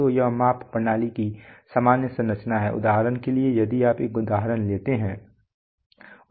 तो यह माप प्रणाली की सामान्य संरचना है उदाहरण के लिए यदि आप एक उदाहरण लेते हैं